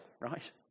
right